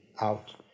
out